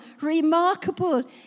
remarkable